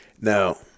Now